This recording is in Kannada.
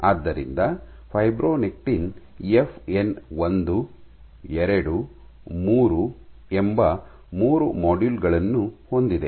ಆದ್ದರಿಂದ ಫೈಬ್ರೊನೆಕ್ಟಿನ್ ಎಫ್ಎನ್ ಒಂದು ಎರಡು ಮೂರು ಎಂಬ ಮೂರು ಮಾಡ್ಯೂಲ್ ಗಳನ್ನು ಹೊಂದಿದೆ